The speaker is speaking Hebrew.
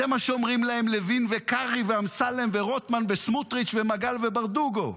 זה מה שאומרים להם לוין וקרעי ואמסלם ורוטמן וסמוטריץ' ומגל וברדוגו.